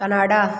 Canada